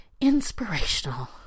inspirational